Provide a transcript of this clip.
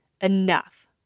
Enough